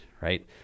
right